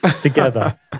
together